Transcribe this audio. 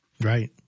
Right